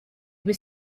was